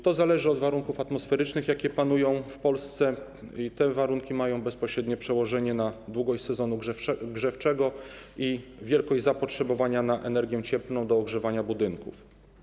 To zależy od warunków atmosferycznych, jakie panują w Polsce, bo te warunki mają bezpośrednie przełożenie na długość sezonu grzewczego i wielkość zapotrzebowania na energię cieplną do ogrzewania budynków.